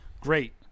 Great